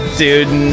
dude